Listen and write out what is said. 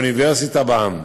אוניברסיטה בעם.